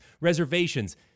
reservations